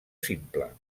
simple